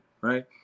right